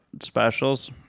specials